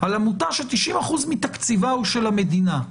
על עמותה ש-90 אחוזים מתקציבה הוא של המדינה,